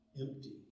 Empty